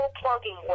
plugging